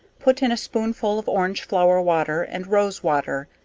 put in a spoonful of orange flower water and rose water,